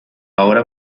obra